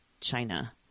China